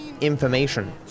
information